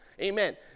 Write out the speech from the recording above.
Amen